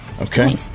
Okay